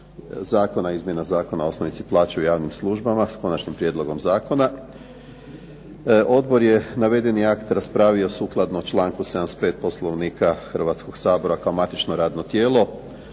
zakona o izmjeni Zakona o osnovici plaće u javnim službama s Konačnim prijedlogom zakona. Odbor je navedeni akt raspravio sukladno članku 75. Poslovnika Hrvatskog sabora kao matično radno tijelo.